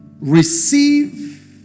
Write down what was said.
Receive